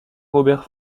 robert